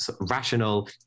rational